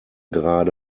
gerade